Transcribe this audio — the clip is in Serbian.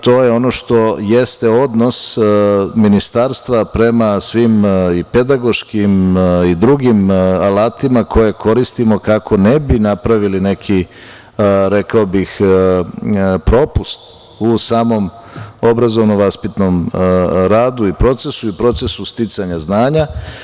To je ono što jeste odnos Ministarstva prema svim i pedagoškim i drugim alatima koje koristimo kako ne bi napravili neki, rekao bih propust u samom obrazovno vaspitnom radu i procesu i procesu sticanja znanja.